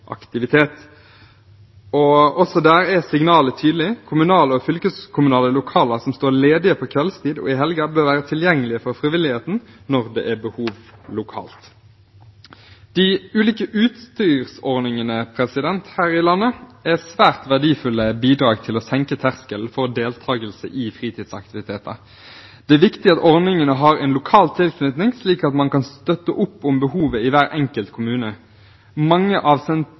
aktivitet. Også der er signalet tydelig: Kommunale og fylkeskommunale lokaler som står ledige på kveldstid og i helger, bør være tilgjengelige for frivilligheten når det er behov lokalt. De ulike utstyrsordningene her i landet er svært verdifulle bidrag til å senke terskelen for deltakelse i fritidsaktiviteter. Det er viktig at ordningene har en lokal tilknytning, slik at man kan støtte opp om behovet i hver enkelt kommune. Mange av